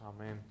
Amen